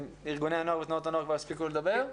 ארגוני הנוער ותנועות הנוער כבר הספיקו לדבר?